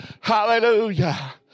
hallelujah